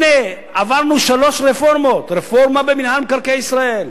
הנה עברנו שלוש רפורמות: רפורמה במינהל מקרקעי ישראל,